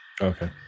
Okay